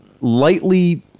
lightly